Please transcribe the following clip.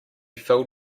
filled